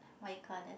what you call the